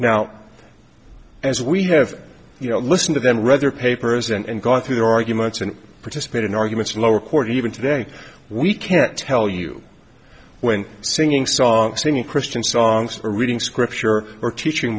now as we have you know listen to them rather papers and go through their arguments and participate in arguments in lower court even today we can't tell you when singing songs singing christian songs or reading scripture or teaching